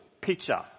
picture